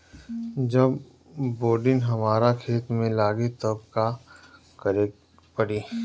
जब बोडिन हमारा खेत मे लागी तब का करे परी?